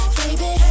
baby